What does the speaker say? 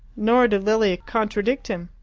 nor did lilia contradict him.